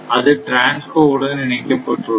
அது TRANSCO உடன் இணைக்கப்பட்டுள்ளது